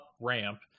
ramp